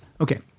Okay